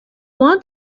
want